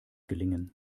gelingen